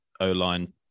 O-line